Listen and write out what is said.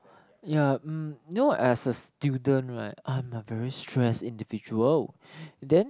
ya um know as a student right I'm a very stressed individual then